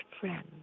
friend